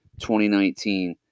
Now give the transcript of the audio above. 2019